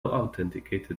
authenticated